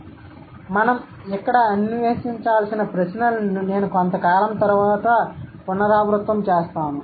కాబట్టి మనం అన్వేషించాల్సిన ప్రశ్నలను నేను కొంతకాలం తర్వాత పునరావృతం చేస్తాను